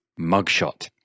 mugshot